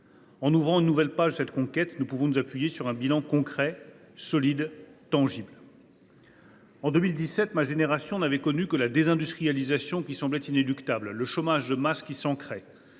En ouvrant une nouvelle page de cette conquête, nous pouvons nous appuyer sur un bilan concret, solide et tangible. « En 2017, ma génération n’avait connu que la désindustrialisation qui semblait inéluctable, le chômage de masse qui s’ancrait,